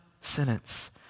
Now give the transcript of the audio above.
sentence